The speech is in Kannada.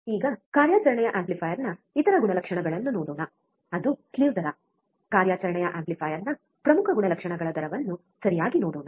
ಈಗ ಕಾರ್ಯಾಚರಣೆಯ ಆಂಪ್ಲಿಫೈಯರ್ನ ಇತರ ಗುಣಲಕ್ಷಣಗಳನ್ನು ನೋಡೋಣ ಅದು ಸ್ಲಿವ್ ದರ ಕಾರ್ಯಾಚರಣೆಯ ಆಂಪ್ಲಿಫೈಯರ್ನ ಪ್ರಮುಖ ಗುಣಲಕ್ಷಣಗಳ ದರವನ್ನು ಸರಿಯಾಗಿ ನೋಡೋಣ